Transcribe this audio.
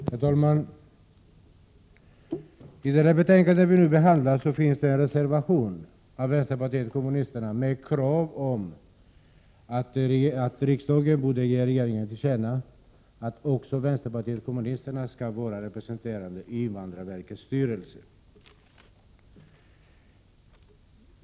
Herr talman! I det betänkande vi nu behandlar finns en reservation av vänsterpartiet kommunisterna med krav om att riksdagen borde ge regeringen till känna att också vänsterpartiet kommunisterna skall vara representerat i invandrarverkets styrelse.